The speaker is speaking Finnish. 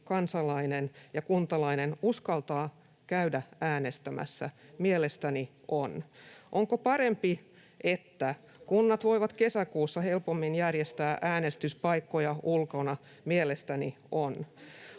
kansalainen ja kuntalainen uskaltaa käydä äänestämässä? Mielestäni on. Onko parempi, että kunnat voivat kesäkuussa helpommin järjestää äänestyspaikkoja ulkona? Mielestäni on.